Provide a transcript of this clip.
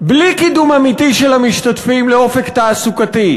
בלי קידום אמיתי של המשתתפים לאופק תעסוקתי.